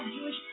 Jewish